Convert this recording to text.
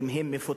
אם הם מפוטרים,